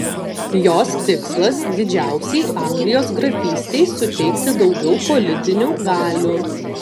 jos tikslas didžiausiai anglijos grafystei suteikti daugiau politinių galių